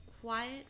quiet